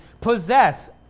possess